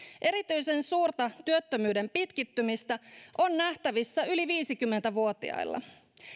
erityisen suurta työttömyyden pitkittymistä on nähtävissä yli viisikymmentä vuotiailla